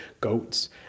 goats